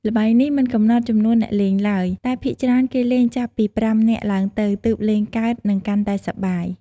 ល្បែងនេះមិនកំណត់ចំនួនអ្នកលេងទ្បើយ តែភាគច្រើនគេលេងចាប់ពី ៥ នាក់ឡើងទៅទើបលេងកើត និងកាន់តែសប្បាយ។